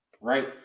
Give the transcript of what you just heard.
right